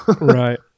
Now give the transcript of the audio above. right